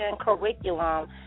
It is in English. curriculum